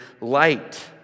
light